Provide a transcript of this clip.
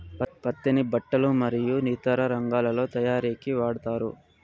పత్తిని బట్టలు మరియు ఇతర రంగాలలో తయారీకి వాడతారు